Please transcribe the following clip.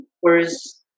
whereas